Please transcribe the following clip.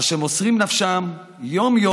עידן, מה שביקשת, דחיית תשלומי מס הכנסה